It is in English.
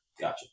Gotcha